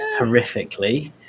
horrifically